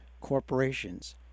corporations